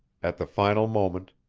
at the final moment,